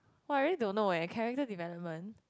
!wah! I really don't know eh character development